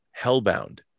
Hellbound